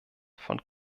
von